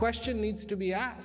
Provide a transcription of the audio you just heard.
question needs to be a